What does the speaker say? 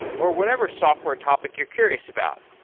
or whatever software topic you're curious about.